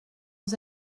aux